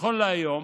נכון להיום